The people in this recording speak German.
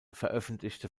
veröffentlichte